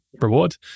reward